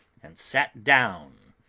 and sat down,